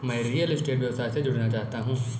मैं real estate व्यवसाय से जुड़ना चाहता हूँ